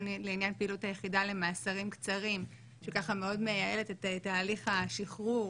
גם לעניין פעילות היחידה למאסרים קצרים שמאוד מייעלת את תהליך השחרור